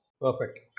Perfect